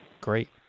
Great